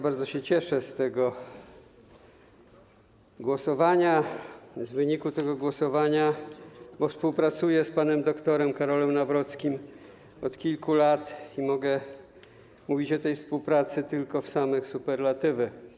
Bardzo się cieszę z tego głosowania, z wyniku tego głosowania, bo współpracuję z panem dr. Karolem Nawrockim od kilku lat i mogę mówić o tej współpracy tylko w samych superlatywach.